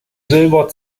silber